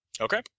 Okay